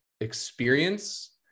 experience